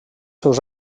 seus